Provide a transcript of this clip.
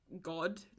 god